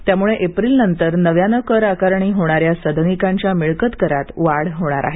त्यामुळे एप्रिलनंतर नव्याने कर आकारणी होणाऱ्या सदनिकांच्या मिळकतकरात वाढ होणार आहे